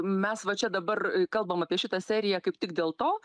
mes va čia dabar kalbam apie šitą seriją kaip tik dėl to